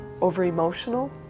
over-emotional